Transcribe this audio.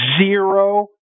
zero